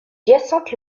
hyacinthe